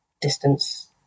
distance